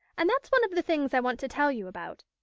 and that's one of the things i want to tell you about.